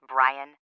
Brian